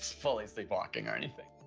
fully sleepwalking, or anything.